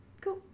Cool